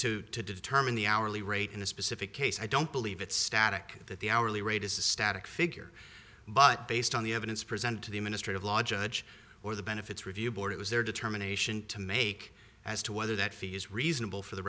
factors to determine the hourly rate in a specific case i don't believe it's static that the hourly rate is a static figure but based on the evidence presented to the ministry of law judge or the benefits review board it was their determination to make as to whether that fee is reasonable for the